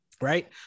right